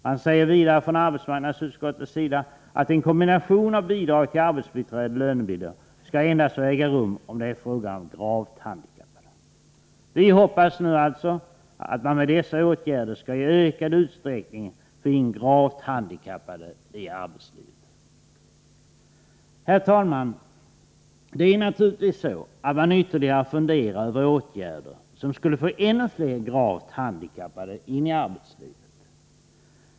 Man säger vidare från arbetsmarknadsutskottets sida att en kombination av bidrag till arbetsbiträde och lönebidrag skall få förekomma endast om det är fråga om gravt handikappade. Vi hoppas nu att man med dessa åtgärder alltså skall i ökad utsträckning få in gravt arbetshandikappade i arbetslivet. Herr talman! Det är naturligtvis så att man funderar över ytterligare åtgärder som skulle få ännu fler gravt handikappade in i arbetslivet.